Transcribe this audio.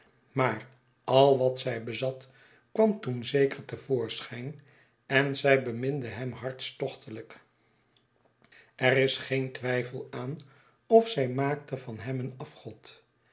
maar al wat zij bezat kwam toen zeker te voorschijn en zij beminde hem hartstochtelijk er is geen twijfel aan of zij maakte van hem een afgod